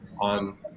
on